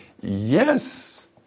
yes